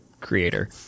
creator